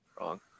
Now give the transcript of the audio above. wrong